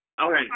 okay